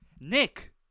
Nick